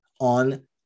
on